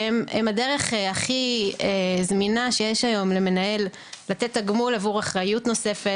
שהוא הדרך הכי זמינה כיום שיש למנהל לתת תגמול עבור אחריות נוספת,